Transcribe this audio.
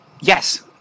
Yes